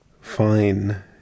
fine